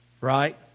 Right